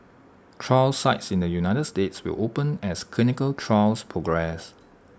trial sites in the united states will open as clinical trials progress